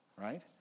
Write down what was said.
right